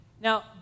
Now